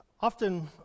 Often